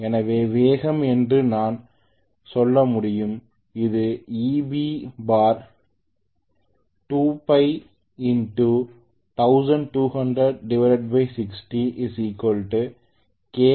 எனவே வேகம் என்று நான் சொல்ல முடியும் இது Eb 2π 120060 k φ 2